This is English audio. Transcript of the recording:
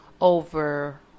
over